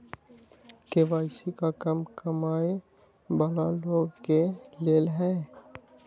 KYC का कम कमाये वाला लोग के लेल है?